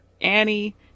Annie